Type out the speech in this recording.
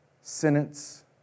sentence